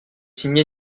signé